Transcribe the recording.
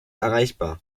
erreichbar